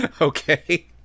Okay